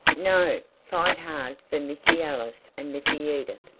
no fight hard for missy alice and missy edith,